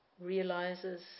realizes